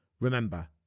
Remember